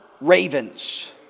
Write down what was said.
ravens